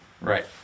Right